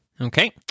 Okay